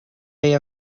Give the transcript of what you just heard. way